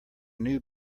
new